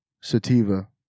Sativa